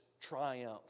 triumph